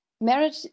marriage